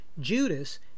Judas